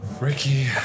Ricky